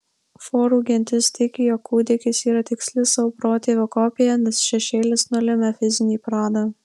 forų gentis tiki jog kūdikis yra tiksli savo protėvio kopija nes šešėlis nulemia fizinį pradą